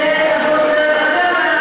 אגב,